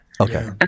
Okay